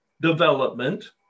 development